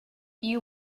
you